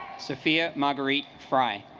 sofia marguerite fray